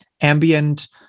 ambient